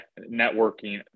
networking